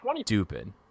stupid